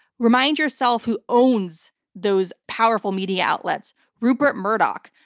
remind yourself who owns those powerful media outlets. rupert murdoch,